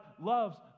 loves